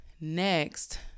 Next